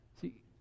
See